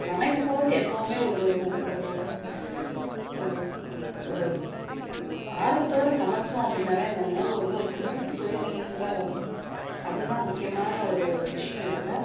சமைக்கும் போது எப்போவுமே ஒரு ஒரு ஒரு ஒரு ஆர்வத்தோடு சமைச்சோம் அப்படின்னாலே அந்த உணவு வந்து ஒரு பெரிய சுவை நிறைந்ததாக வரும் அதுதான் முக்கியமான ஒரு விஷயம் இதில்